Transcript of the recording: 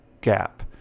gap